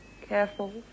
Careful